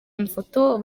amafoto